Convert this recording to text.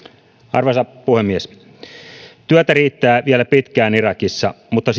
arvoisa puhemies työtä riittää vielä pitkään irakissa mutta